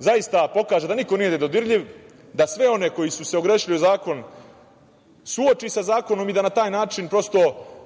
i da pokaže da niko nije nedodirljiv, da sve one koji su se ogrešili o zakon suoči sa zakonom i da na taj način